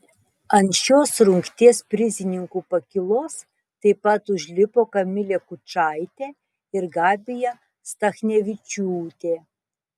ant šios rungties prizininkų pakylos taip pat užlipo kamilė kučaitė ir gabija stachnevičiūtė